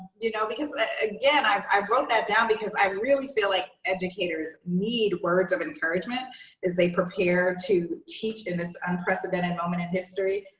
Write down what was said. you know, because again i wrote that down because i really feel like educators need words of encouragement as they prepare to teach in this unprecedented moment in history.